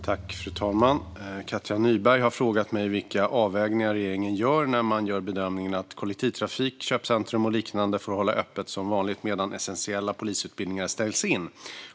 Fru talman! Katja Nyberg har frågat mig vilka avvägningar regeringen gör när man gör bedömningen att kollektivtrafik, köpcentrum och liknande får hålla öppet som vanligt medan essentiella polisutbildningar ställs in.